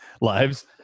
lives